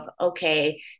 okay